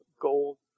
gold